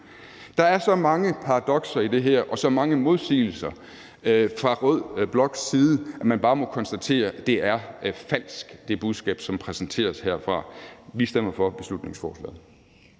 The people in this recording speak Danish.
Der er så mange paradokser i det her og så mange modsigelser fra rød bloks side, at man bare må konstatere, at det er et falsk budskab, som præsenteres herfra. Vi stemmer for beslutningsforslaget.